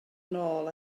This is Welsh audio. nôl